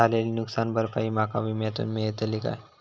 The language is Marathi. झालेली नुकसान भरपाई माका विम्यातून मेळतली काय?